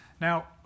Now